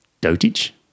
dotage